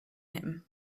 him